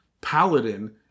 paladin